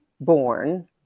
born